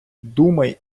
думай